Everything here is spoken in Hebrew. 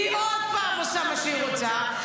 היא עוד פעם עושה מה שהיא רוצה.